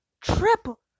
triple